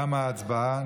תמה ההצבעה.